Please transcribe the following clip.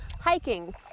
hiking